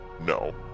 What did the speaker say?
no